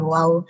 Wow